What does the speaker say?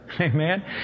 Amen